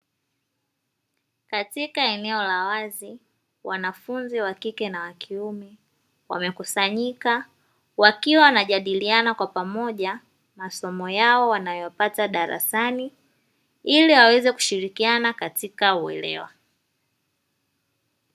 Katika eneo la wazi wanafunzi wa kike na wa kiume wamekusanyika wakiwa wanajadiliana kwa pamoja masomo yao wanayopata darasani ili waweze kushirikiana katika uelewa.